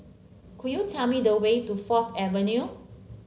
could you tell me the way to Fourth Avenue